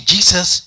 Jesus